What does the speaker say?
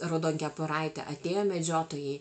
raudonkepuraitę atėjo medžiotojai